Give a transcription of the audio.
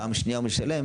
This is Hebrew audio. פעם שנייה הוא משלם